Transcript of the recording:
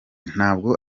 ntabwo